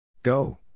Go